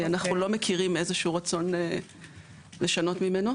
אנחנו לא מכירים איזשהו רצון לשנות אותו.